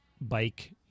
bike